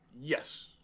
Yes